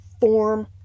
form